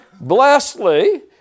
blessedly